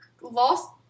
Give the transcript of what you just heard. Lost